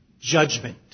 judgment